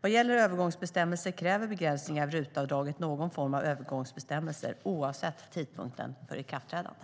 Vad gäller övergångsbestämmelser kräver begränsningar av RUT-avdraget någon form av övergångsbestämmelser oavsett tidpunkten för ikraftträdande.